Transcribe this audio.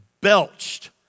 belched